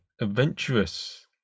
adventurous